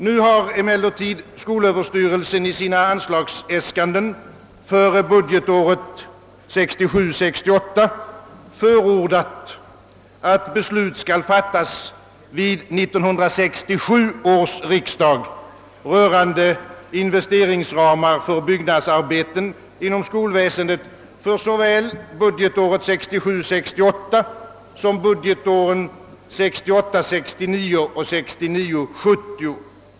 Nu har emellertid skolöverstyrelsen i sina anslagsäskanden för budgetåret 1966 68 som för budgetåren 1968 70.